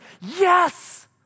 Yes